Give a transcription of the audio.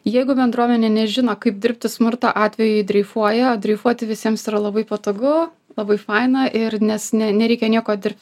jeigu bendruomenė nežino kaip dirbti smurto atveju ji dreifuoja o dreifuoti visiems yra labai patogu labai faina ir nes ne nereikia nieko dirb